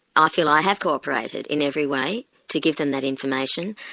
ah feel i have cooperated in every way to give them that information,